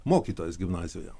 mokytojas gimnazijoje